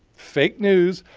fake news,